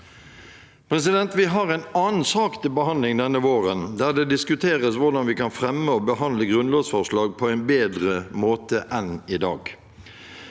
regler. Vi har en annen sak til behandling denne våren der det diskuteres hvordan vi kan fremme og behandle grunnlovsforslag på en bedre måte enn i dag.